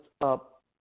up